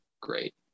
great